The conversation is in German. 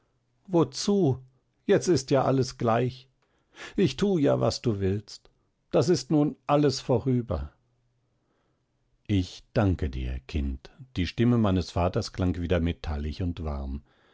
wozu jetzt ist ja alles gleich ich tu ja was du willst das ist nun alles vorüber ich danke dir kind die stimme meines vaters klang wieder metallig und warm